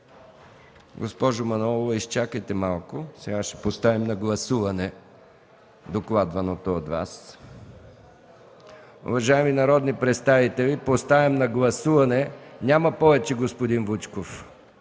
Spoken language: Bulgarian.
Госпожо Манолова, изчакайте малко! Сега ще поставим на гласуване докладваното от Вас. Уважаеми народни представители, поставям на гласуване... (Народният